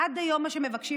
עד היום מה שמבקשים,